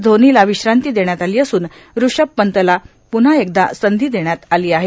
धोनीला विश्रांती देण्यात आली असून ऋषिभ पंतला पुव्हा एकदा संधी देण्यात आली आहे